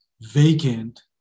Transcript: vacant